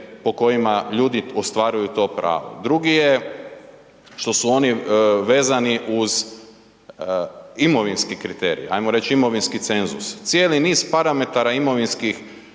po kojima ljudi ostvaruju to pravo. Drugi je što su oni vezani uz imovinski kriterij, ajmo reći imovinski cenzus, cijeli niz parametara imovinskog